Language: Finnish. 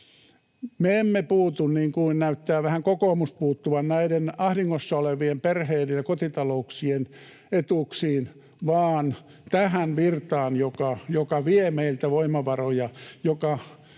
niin kuin näyttää vähän kokoomus puuttuvan, näiden ahdingossa olevien perheiden ja kotitalouksien etuuksiin, vaan tähän virtaan, joka vie meiltä voimavaroja,